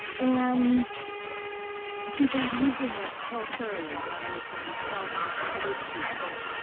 and he believed in this so thoroughly, not only for himself, but for other students.